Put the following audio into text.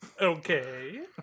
Okay